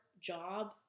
job